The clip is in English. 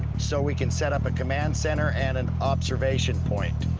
so we can set up a command center and an observation point.